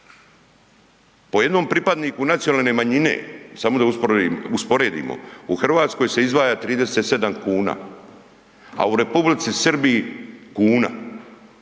po jednom pripadniku nacionalne manjine, samo da usporedimo, u Hrvatskoj se izdvaja 37 kn. A u Republici Srbiji kuna.